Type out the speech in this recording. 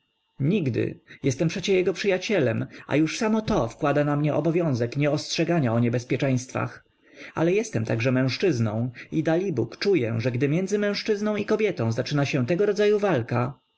nigdy jestem przecie jego przyjacielem a już to samo wkłada na mnie obowiązek nie ostrzegania o niebezpieczeństwach ale jestem także mężczyzną i dalibóg czuję że gdy między mężczyzną i kobietą zacznie się tego rodzaju walka